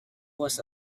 was